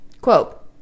Quote